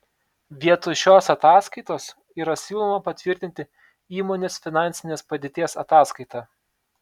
vietoj šios ataskaitos yra siūloma patvirtinti įmonės finansinės padėties ataskaitą